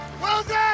Wilson